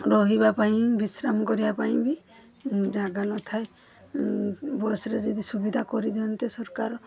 ରହିବା ପାଇଁ ବିଶ୍ରାମ କରିବା ପାଇଁ ବି ଜାଗା ନ ଥାଏ ବସ୍ରେ ଯଦି ସୁବିଧା କରିଦିଅନ୍ତେ ସରକାର